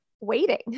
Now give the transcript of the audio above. waiting